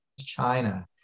China